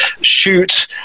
shoot